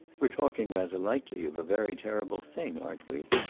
we're talking rather lightly of a very terrible thing, aren't we?